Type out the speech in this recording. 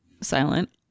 silent